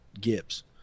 Gibbs